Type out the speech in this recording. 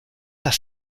las